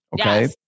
Okay